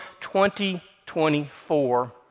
2024